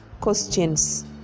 questions